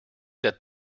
that